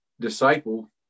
disciple